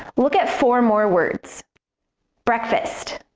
look at four more words breakfast